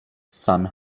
sun